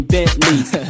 Bentleys